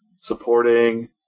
supporting